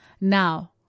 Now